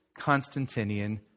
Constantinian